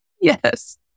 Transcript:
Yes